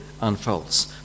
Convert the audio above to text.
unfolds